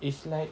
it's like